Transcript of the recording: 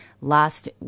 last